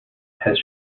has